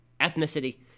ethnicity